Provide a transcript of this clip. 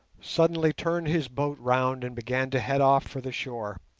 suddenly turned his boat round and began to head off for the shore,